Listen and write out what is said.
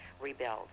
rebuild